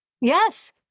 Yes